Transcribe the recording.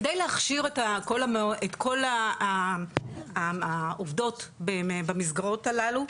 כדי להכשיר את כל העובדות במסגרות הללו,